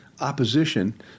opposition